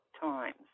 times